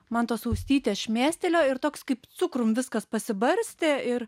man tos ausytės šmėstelėjo ir toks kaip cukrum viskas pasibarstė ir